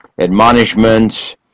admonishments